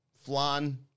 flan